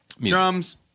Drums